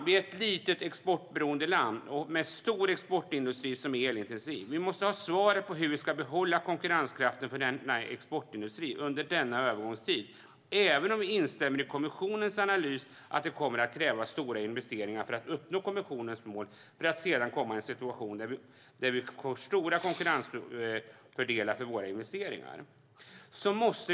Vi är ett litet exportberoende land med en stor exportindustri som är elintensiv. Vi måste ha svaret på hur vi ska behålla konkurrenskraften för exportindustrin under denna övergångstid även om vi instämmer i kommissionens analys - det kommer att krävas stora investeringar för att uppnå kommissionens mål för att sedan komma in i en situation där vi kan få stora konkurrensfördelar genom våra investeringar.